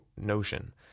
notion